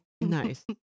Nice